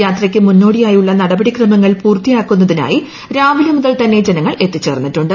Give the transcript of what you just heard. യാത്രയ്ക്ക് മുന്നോടിയായുള്ള നടപടിക്രമങ്ങൾ പൂർത്തിയാക്കുന്നതിനായി രാവിലെ മുതൽ തന്നെ ജനങ്ങൾ എത്തിച്ചേർന്നിട്ടുണ്ട്